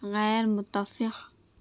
غیر متفق